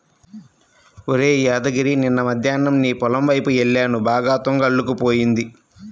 ఒరేయ్ యాదగిరి నిన్న మద్దేన్నం నీ పొలం వైపు యెల్లాను బాగా తుంగ అల్లుకుపోయింది